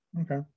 Okay